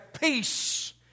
peace